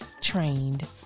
trained